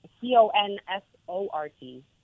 C-O-N-S-O-R-T